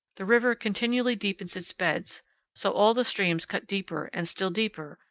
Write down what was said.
the river continually deepens its beds so all the streams cut deeper and still deeper,